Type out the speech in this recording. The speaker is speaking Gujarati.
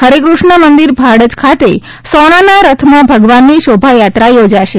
હરે કૃષ્ણ મંદિર ભાડજ ખાતે સોનાના રથમાં ભગવાનની શોભાયાત્રા યોજાશે